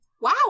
Wow